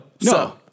No